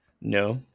No